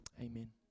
amen